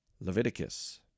Leviticus